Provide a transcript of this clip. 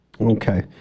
Okay